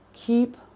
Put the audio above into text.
Keep